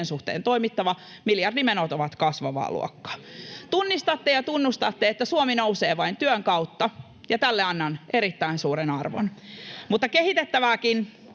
suhteen toimittava, miljardimenot ovat kasvavaa luokkaa. [Välihuutoja kokoomuksen ryhmästä] Tunnistatte ja tunnustatte, että Suomi nousee vain työn kautta, ja tälle annan erittäin suuren arvon. Mutta kehitettävääkin,